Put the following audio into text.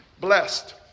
blessed